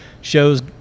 shows